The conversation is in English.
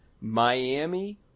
Miami